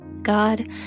God